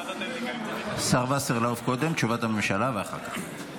השר וסרלאוף קודם, תשובת הממשלה, ואחר כך.